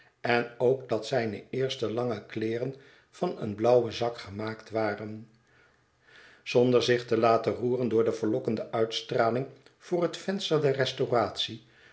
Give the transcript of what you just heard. en ook dat zijne eerste lange kleeren van een blauwen zak gemaakt waren zonder zich te laten roeren door de verlokkende uitstalling voor het venster der restauratie